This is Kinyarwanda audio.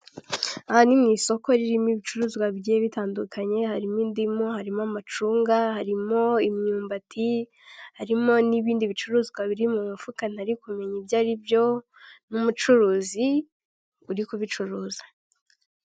Aha ni mu isoko ririmo ibicuruzwa bigiye bitandukanye, harimo indimu, harimo amacunga, harimo imyumbati, harimo n'ibindi bicuruzwa biri mu mufuka ntari kumenya ibyo aribyo, n'umucuruzi uri kubicuruza.